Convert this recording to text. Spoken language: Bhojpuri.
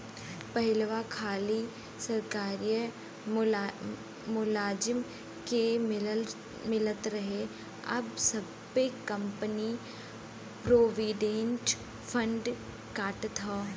पहिलवा खाली सरकारिए मुलाजिम के मिलत रहे अब सब्बे कंपनी प्रोविडेंट फ़ंड काटत हौ